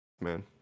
man